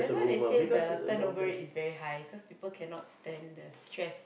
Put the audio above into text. that's why they say the turn over rate is very high cause people can stand the stress